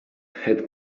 had